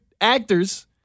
actors